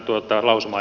juuri näin